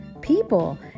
people